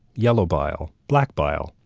yellow bile, black bile,